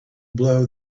blow